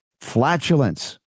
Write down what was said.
flatulence